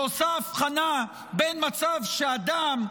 שעושה אבחנה בין מצב שאדם,